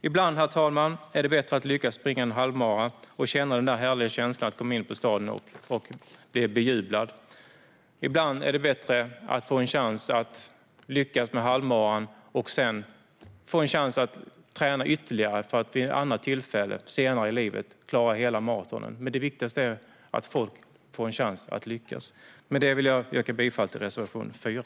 Ibland är det bättre att lyckas springa en halvmara och känna den härliga känslan av att komma in på Stadion och bli bejublad. Ibland är det bättre att få en chans att lyckas med halvmaran och få en chans att träna ytterligare för att vid ett annat tillfälle, senare i livet, klara ett helt maraton. Det viktigaste är att få en chans att lyckas. Herr talman! Med det vill jag yrka bifall till reservation 4.